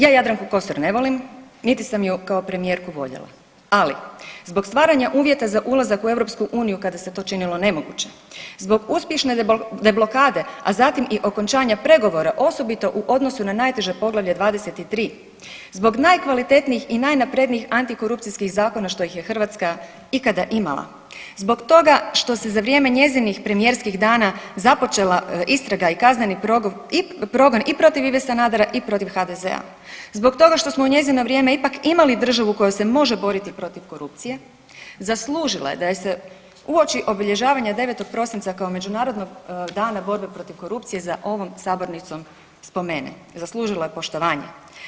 Ja Jadranku Kosor ne volim, niti sam ju kao premijeru voljela, ali zbog stvaranja uvjeta za ulazak u EU kada se to činilo nemoguće, zbog uspješne deblokade, a zatim i okončanja pregovora osobiti u odnosu na najteže Poglavlje 23., zbog najkvalitetnijih i najnaprednijih antikorupcijskih zakona što ih je Hrvatska ikada imala, zbog toga što se za vrijeme njezinih premijerskih dana započela istraga i kazneni progon i protiv Ive Sanadera i protiv HDZ-a, zbog toga što smo u njezino vrijeme ipak imali državu u kojoj se može boriti protiv korupcije zaslužila je da joj se uopći obilježavanja 9. prosinca kao Međunarodnog dana borbe protiv korupcije za ovom sabornicom spomene, zaslužila je poštovanje.